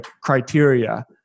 criteria